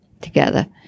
together